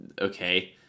okay